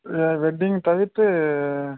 wedding தவிர்த்து